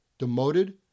demoted